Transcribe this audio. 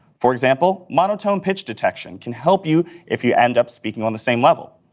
for example, monotone pitch detection can help you if you end up speaking on the same level.